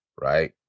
right